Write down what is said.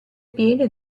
piene